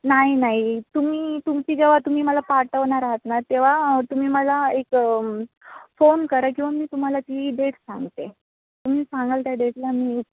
नाही नाही तुम्ही तुमची जेव्हा तुम्ही मला पाठवणार आहात ना तेव्हा तुम्ही मला एक फोन करा किंवा मी तुम्हाला ती डेट सांगते तुम्ही सांगाल त्या डेटला मी